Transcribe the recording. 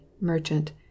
merchant